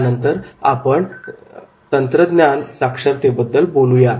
यानंतर आपण तंत्रज्ञान साक्षरते बद्दल बोलूया